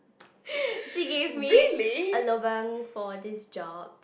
she gave me a lobang for this job